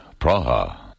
Praha